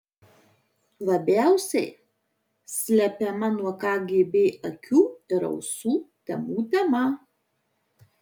labiausiai slepiama nuo kgb akių ir ausų temų tema